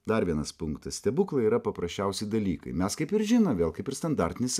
dar vienas punktas stebuklai yra paprasčiausi dalykai mes kaip ir žinom vėl kaip ir standartinis